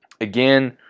again